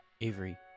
Avery